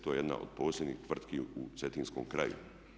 To je jedna od posebnih tvrtki u cetinskom kraju.